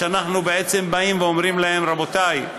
שאנחנו בעצם אומרים להן: רבותיי,